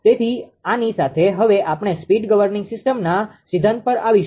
તેથી આની સાથે હવે આપણે સ્પીડ ગવર્નીંગ સીસ્ટમના સિદ્ધાંત પર આવીશું